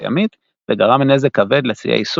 הימית וגרם נזק כבד לציי סוריה סוריה ומצרים.